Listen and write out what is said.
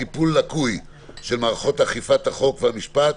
"טיפול לקוי של מערכות אכיפת החוק והמשפט